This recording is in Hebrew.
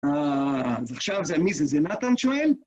אה, אז עכשיו זה מי זה? זה נתן שואל?